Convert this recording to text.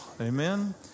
Amen